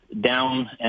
down